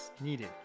needed